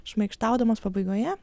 šmaikštaudamas pabaigoje